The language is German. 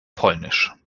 polnisch